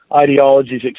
ideologies